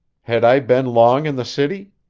had i been long in the city?